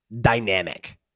dynamic